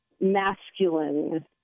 masculine